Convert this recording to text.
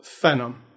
phenom